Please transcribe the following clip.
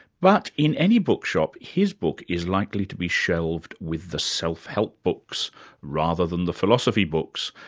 but in any bookshop his book is likely to be shelved with the self-help books rather than the philosophy books.